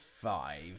five